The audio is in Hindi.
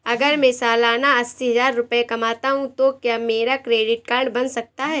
अगर मैं सालाना अस्सी हज़ार रुपये कमाता हूं तो क्या मेरा क्रेडिट कार्ड बन सकता है?